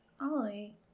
Ollie